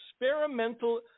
experimental